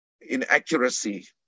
inaccuracy